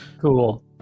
cool